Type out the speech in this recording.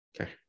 Okay